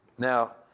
Now